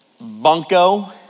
bunko